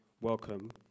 welcome